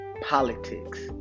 politics